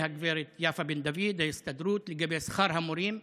הגב' יפה בן דוד וההסתדרות על שכר המורים.